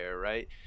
right